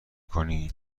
کنی